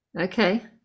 Okay